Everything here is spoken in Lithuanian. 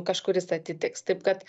kažkuris atitiks taip kad